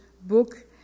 book